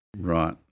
Right